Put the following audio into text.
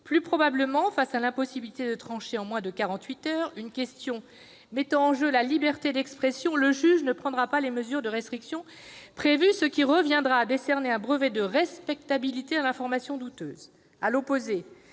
Plus probablement, face à l'impossibilité de trancher en moins de quarante-huit heures une question mettant en jeu la liberté d'expression, le juge ne prendra pas les mesures de restriction prévues, ce qui reviendra à décerner un brevet de respectabilité à l'information douteuse. À l'opposé,